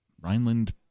Rhineland